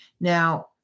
Now